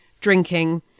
drinking